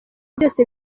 byose